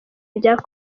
rya